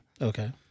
Okay